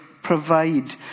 provide